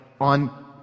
on